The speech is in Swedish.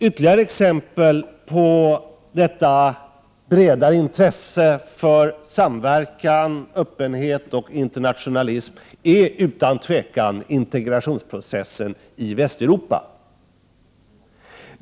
Ytterligare ett exempel på detta breda intresse för samverkan, öppenhet och internationalism är utan tvivel integrationsprocessen i Västeuropa.